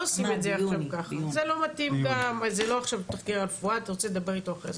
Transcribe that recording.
רבה ליו"ר הוועדה.